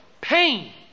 pain